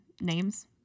names